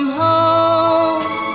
home